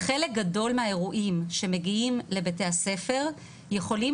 חלק גדול מהאירועים שמגיעים לבתי הספר יכולים